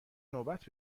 نوبت